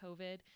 covid